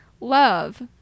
love